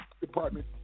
department